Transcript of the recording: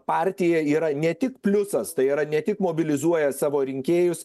partija yra ne tik pliusas tai yra ne tik mobilizuoja savo rinkėjus